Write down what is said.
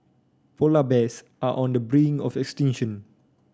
polar bears are on the brink of extinction